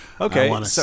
Okay